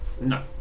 No